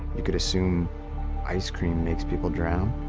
you could assume ice cream makes people drown